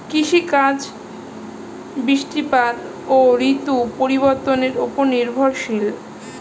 কৃষিকাজ বৃষ্টিপাত ও ঋতু পরিবর্তনের উপর নির্ভরশীল